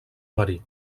marí